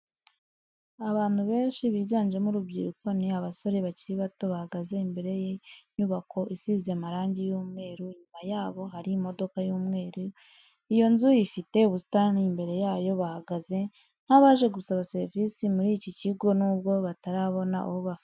Abantu benshi biganjemo urubyiruko ni abasore bakiri bato bahagaze imbere y'inyubako isize marangi y'umweru inyuma yabo hari imodoka y'umweru, iyo nzu ifite ubusitani imbere yayo, bahagaze nk'abaje gusaba serivisi muri iki kigo nubwo batarabona ubafasha.